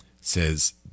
says